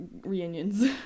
reunions